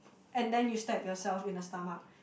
and then you stab yourself in the stomach